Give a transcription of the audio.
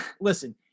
listen –